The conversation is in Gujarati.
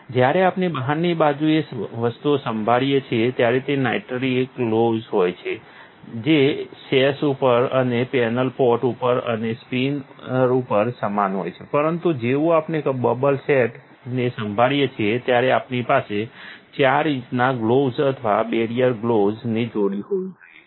જ્યારે આપણે બહારની બાજુએ વસ્તુઓ સંભાળીએ છીએ ત્યારે તે નાઇટ્રિલ ગ્લોવ્ઝ હોય છે જે સેશ ઉપર અને પેનલ પોટ ઉપર અને સ્પિનર ઉપર સમાન હોય છે પરંતુ જેવું આપણે બબલ સેટ ને સંભાળીએ છીએ ત્યારે આપણી પાસે 4 ઇંચના ગ્લોવ્ઝ અથવા બેરિયર ગ્લોવ્સ ની જોડી હોવી જરૂરી છે